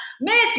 miss